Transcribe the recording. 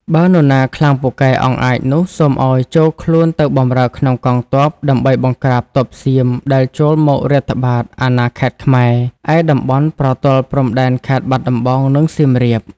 បើនរណាខ្លាំងពូកែអង់អាចនោះ សូមឲ្យចូលខ្លួនទៅបម្រើក្នុងកងទ័ព ដើម្បីបង្ក្រាបទ័ពសៀមដែលចូលមករាតត្បាតអាណាខេត្តខ្មែរ ឯតំបន់ប្រទល់ព្រំដែនខេត្តបាត់ដំបង និងសៀមរាប។